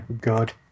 God